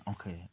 Okay